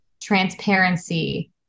transparency